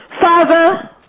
Father